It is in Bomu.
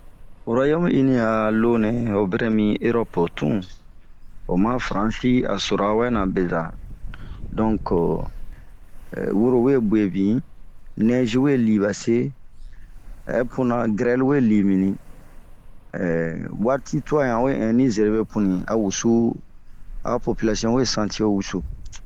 Rwayɔme ini ho bara mi erɔpe tun.ho ma faransi a surawɛ besa. Ehh wuro we guebin ,nɛzi we lii ba see.ɛpuna gɛrɛl we libini, ehh wati tuanɲa we ɛnli zerimi puyin, awusu a popilasiɔn we santi wusu.